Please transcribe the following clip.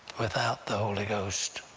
without the holy ghost.